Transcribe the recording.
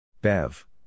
Bev